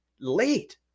late